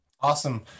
Awesome